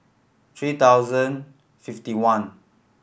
three thousand fifty one